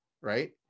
Right